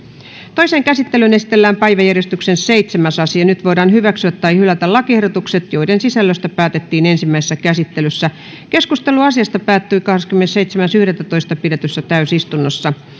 toiseen käsittelyyn esitellään päiväjärjestyksen seitsemäs asia nyt voidaan hyväksyä tai hylätä lakiehdotukset joiden sisällöstä päätettiin ensimmäisessä käsittelyssä keskustelu asiasta päättyi kahdeskymmenesseitsemäs yhdettätoista kaksituhattakahdeksantoista pidetyssä täysistunnossa